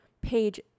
page